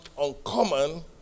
uncommon